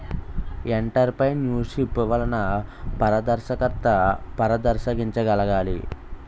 entrepreneurship వలన పారదర్శకత ప్రదర్శించగలగాలి